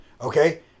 Okay